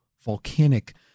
volcanic